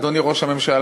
אדוני ראש הממשלה,